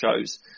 shows